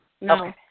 No